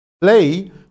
play